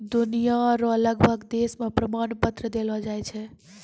दुनिया रो लगभग देश मे प्रमाण पत्र देलो जाय छै